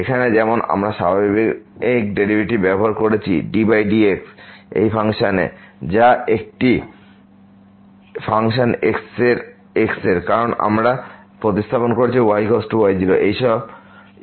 এখানে যেমন আমরা স্বাভাবিক ডেরিভেটিভ ব্যবহার করেছি ddx এই ফাংশনের যা একটি ফাংশন x এর কারণ আমরা প্রতিস্থাপন করেছি y y0 এই এর ধ্রুবক মান y